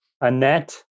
annette